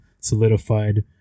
solidified